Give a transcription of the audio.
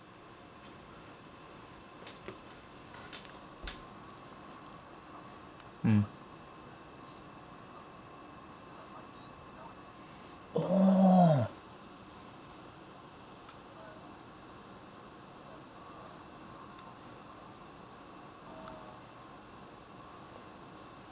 mm orh